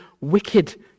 wicked